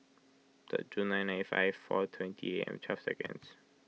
third June nineteen ninety five four twenty A M twelve seconds